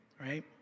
right